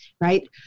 right